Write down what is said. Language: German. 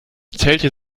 zählte